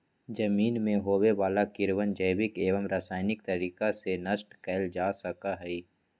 जमीन में होवे वाला कीड़वन जैविक एवं रसायनिक तरीका से नष्ट कइल जा सका हई